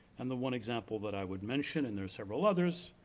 and the one example that i would mention, and there are several others,